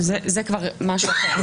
כבר משהו אחר.